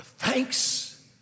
Thanks